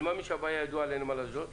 היא ידועה לנמל אשדוד,